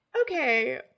Okay